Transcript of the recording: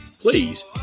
please